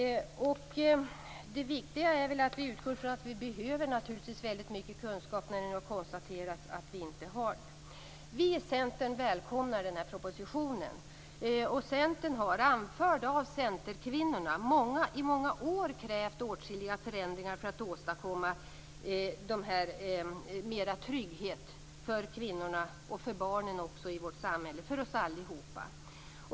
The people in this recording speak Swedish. Det viktiga är att vi utgår från att vi behöver kunskap mer än att konstatera att den inte finns. Vi i Centern välkomnar propositionen. Centern har, anförd av centerkvinnorna, i många år krävt åtskilliga förändringar för att åstadkomma mera trygghet för kvinnor och barn i samhället.